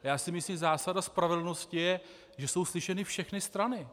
A myslím si, že zásada spravedlnosti je, že jsou slyšeny všechny strany.